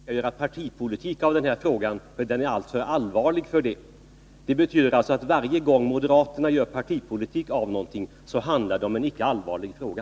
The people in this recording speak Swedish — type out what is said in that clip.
Herr talman! Erik Hovhammar sade att man inte skall göra partipolitik av den här frågan, eftersom den är alltför allvarlig för det. Det betyder alltså att varje gång moderaterna gör partipolitik av någonting så handlar det om en icke allvarlig fråga.